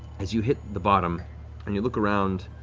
as you hit the bottom and you look around,